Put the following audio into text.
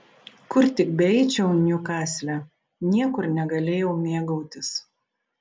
kur tik beeičiau niukasle niekur negalėjau mėgautis